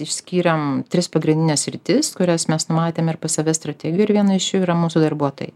išskyrėm tris pagrindines sritis kurias mes numatėm ir pas save strategijoj ir viena iš jų yra mūsų darbuotojai